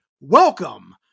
Welcome